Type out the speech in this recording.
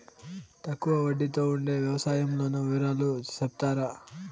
తక్కువ వడ్డీ తో ఉండే వ్యవసాయం లోను వివరాలు సెప్తారా?